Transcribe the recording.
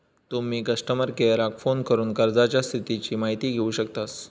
तुम्ही कस्टमर केयराक फोन करून कर्जाच्या स्थितीची माहिती घेउ शकतास